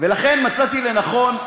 ולכן מצאתי לנכון,